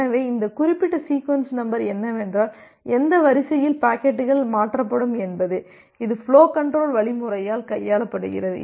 எனவே இந்த குறிப்பிட்ட சீக்வென்ஸ் நம்பர் என்னவென்றால் எந்த வரிசையில் பாக்கெட்டுகள் மாற்றப்படும் என்பதே இது ஃபுலோ கண்ட்ரோல் வழிமுறையால் கையாளப்படுகிறது